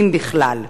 אם בכלל.